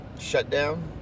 shutdown